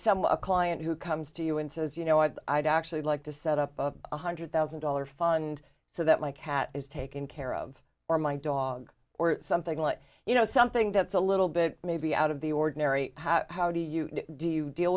some a client who comes to you and says you know i'd actually like to set up a one hundred thousand dollars fund so that my cat is taken care of or my dog or something like you know something that's a little bit maybe out of the ordinary how how do you do you deal